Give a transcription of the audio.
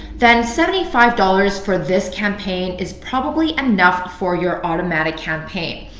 then seventy five dollars for this campaign is probably enough for your automatic campaign.